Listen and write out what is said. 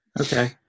Okay